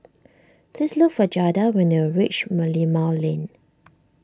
please look for Jada when you reach Merlimau Lane